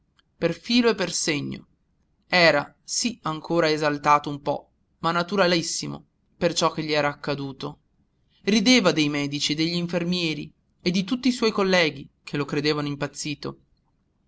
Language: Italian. per filo e per segno era sì ancora esaltato un po ma naturalissimamente per ciò che gli era accaduto rideva dei medici e degli infermieri e di tutti i suoi colleghi che lo credevano impazzito